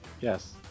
Yes